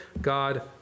God